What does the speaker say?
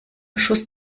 schuss